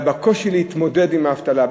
והקושי להתמודד עם האבטלה,